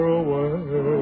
away